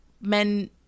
men